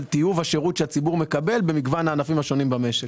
טיוב השירות שהציבור מקבל במגוון הענפים השונים במשק.